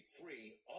three